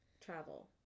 travel